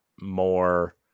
more